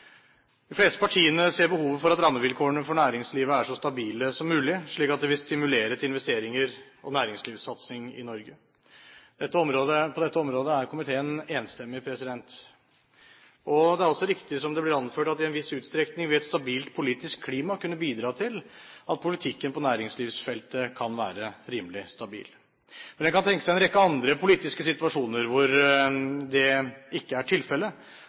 De fleste partiene ser behovet for at rammevilkårene for næringslivet er så stabile som mulig, slik at de vil stimulere til investeringer og næringslivssatsing i Norge. På dette området er komiteen enstemmig. Det er også riktig, som det blir anført, at i en viss utstrekning vil et stabilt politisk klima kunne bidra til at politikken på næringslivsfeltet kan være rimelig stabil. Men det kan tenkes en rekke andre politiske situasjoner hvor det ikke er tilfellet,